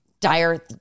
dire